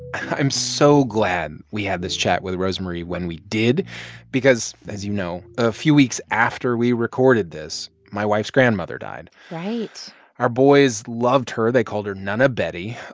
i'm so glad we had this chat with rosemarie when we did because, as you know, a few weeks after we recorded this, my wife's grandmother died right our boys loved her. they called her nana betty.